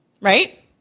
Right